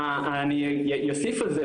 אני אוסיף על זה,